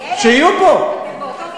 איילת, אתם באותו מגרש.